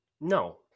No